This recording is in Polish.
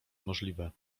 możliwe